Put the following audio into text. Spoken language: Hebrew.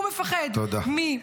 תודה רבה.